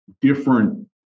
different